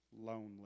lonely